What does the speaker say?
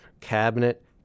cabinet